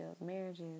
Marriages